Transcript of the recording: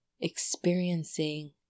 experiencing